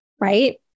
Right